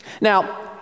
Now